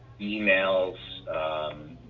emails